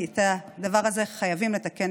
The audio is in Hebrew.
כי את הדבר הזה חייבים לתקן,